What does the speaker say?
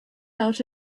out